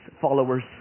followers